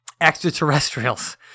extraterrestrials